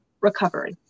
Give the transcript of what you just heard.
recovery